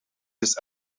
this